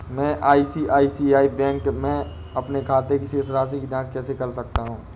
मैं ICICI bank के अपने खाते की शेष राशि की जाँच कैसे कर सकता हूँ?